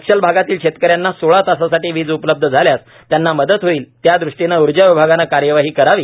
नक्षल भागातील शेतकऱ्यांना सोळा तासासाठी वीज उपलब्ध झाल्यास त्यांना मदत होईल त्या दृष्ट्रीने ऊर्जा विभागाने कार्यवाही करावी